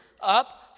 Up